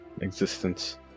existence